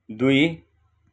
दुई